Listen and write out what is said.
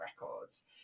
records